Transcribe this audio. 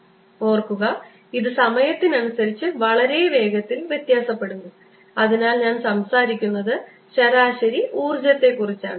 ഓർക്കുക ഇത് സമയത്തിനനുസരിച്ച് വളരെ വേഗത്തിൽ വ്യത്യാസപ്പെടുന്നു അതിനാൽ ഞാൻ സംസാരിക്കുന്നത് ശരാശരി ഊർജ്ജത്തെക്കുറിച്ചാണ്